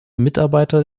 mitarbeiter